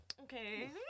okay